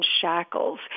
shackles